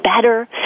better